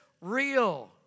real